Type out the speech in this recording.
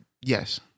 Yes